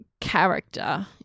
character